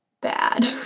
bad